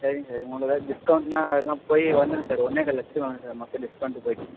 சரிங்க சார் டிஸ்கௌண்ட்ன்னால் அதெலாம் போய் வந்துடும் சார் ஒன்னே கால் லட்சத்துக்கு வந்துடும் சார் மொத்தம் டிஸ்கௌண்ட்டு போய்விட்டு